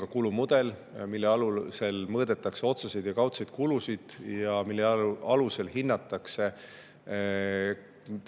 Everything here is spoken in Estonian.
ka kulumudel, mille alusel mõõdetakse otseseid ja kaudseid kulusid ning hinnatakse,